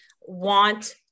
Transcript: want